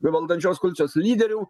valdančios koalicijos lyderių